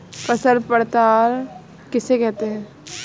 फसल पड़ताल किसे कहते हैं?